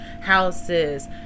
houses